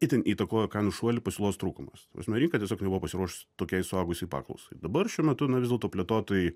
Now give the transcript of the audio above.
itin įtakoja kainų šuolį pasiūlos trūkumas ta prasme rinka tiesiog nebuvo pasiruošusi tokiai suaugusiai paklausai dabar šiuo metu na vis dėlto plėtotojai